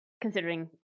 Considering